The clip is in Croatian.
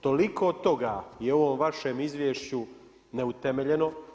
Toliko toga je u ovom vašem izvješću neutemeljeno.